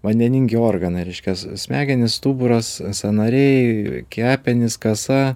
vandeningi organai reiškias smegenys stuburas sąnariai kepenys kasa